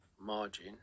margin